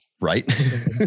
Right